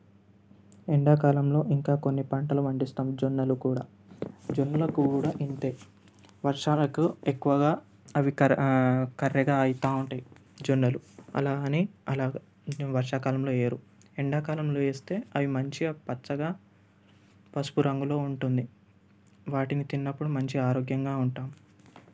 ఎండాకాలంలో ఇంకా కొన్ని పంటలు పండిస్తాము జొన్నలు కూడా జొన్నలు కూడా ఇంతే వర్షాలకు ఎక్కువగా అవి కర్ కర్రెగా అవుతా ఉంటాయి జొన్నలు అలా అని అలా దీన్ని వర్షా కాలంలో వేయరు ఎండాకాలంలో వేస్తే అవి మంచిగా పచ్చగా మంచిగా పసుపు రంగులో ఉంటుంది వాటిని తిన్నప్పుడు మంచిగా ఆరోగ్యంగా ఉంటాం